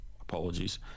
apologies